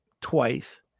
twice